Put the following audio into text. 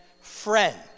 friend